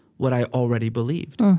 what i already believed um